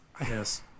Yes